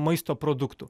maisto produktų